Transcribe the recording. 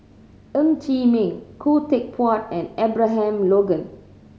Ng Chee Meng Khoo Teck Puat and Abraham Logan